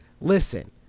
Listen